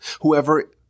Whoever